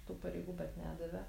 tų pareigų bet nedavė